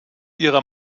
ihrer